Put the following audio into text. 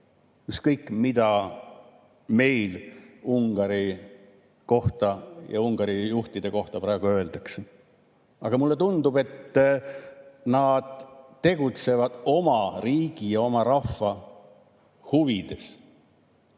Ükskõik, mida meil Ungari ja Ungari juhtide kohta praegu öeldakse, aga mulle tundub, et nad tegutsevad oma riigi ja oma rahva huvides,